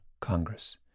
Congress